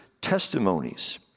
testimonies